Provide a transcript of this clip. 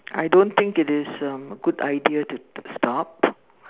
I don't think it is um a good idea to stop